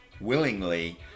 willingly